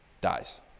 dies